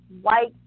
white